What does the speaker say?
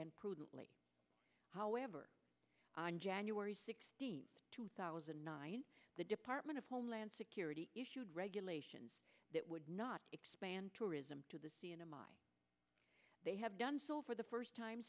and prudently however on january sixteenth two thousand and nine the department of homeland security issued regulations that would not expand tourism to the sea in a mine they have done so for the first time